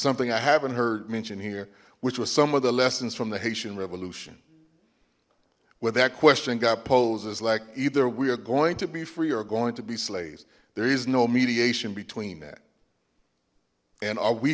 something i haven't heard mention here which was some of the lessons from the haitian revolution where that question got poses like either we are going to be free are going to be slaves there is no mediation between that and